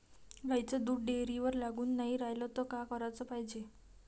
गाईचं दूध डेअरीवर लागून नाई रायलं त का कराच पायजे?